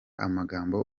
amagambo